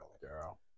Girl